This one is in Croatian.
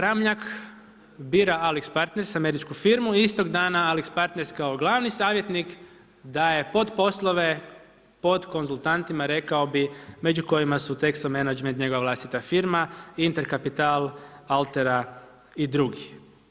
Ramljak bira Alix Partners američku firmu, istog dana Alix Partners kao glavni savjetnik daje potposlove pod konzultantima rekao bih među kojima su Texo Management njegova vlastita firma, InterCapital, Altera i drugi.